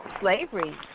slavery